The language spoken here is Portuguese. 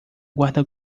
guarda